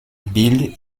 bild